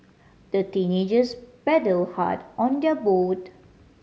the teenagers paddled hard on their boat